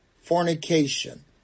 fornication